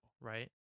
right